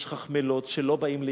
יש חכמי לוד, שלא באים ליבנה,